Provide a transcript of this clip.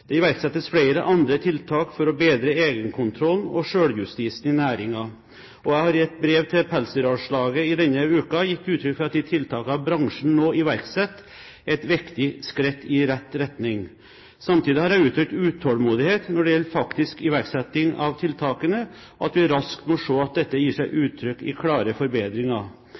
Det iverksettes flere andre tiltak for å bedre egenkontrollen og selvjustisen i næringen. Jeg har i et brev til Pelsdyralslaget denne uken gitt uttrykk for at de tiltakene bransjen nå iverksetter, er et viktig skritt i riktig retning. Samtidig har jeg uttrykt utålmodighet når det gjelder faktisk iverksetting av tiltakene, og at vi raskt må se at dette gir seg uttrykk i klare forbedringer.